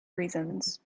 reasons